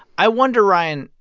i wonder, ryan,